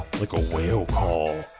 like a whale call.